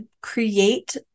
create